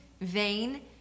vein